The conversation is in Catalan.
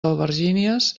albergínies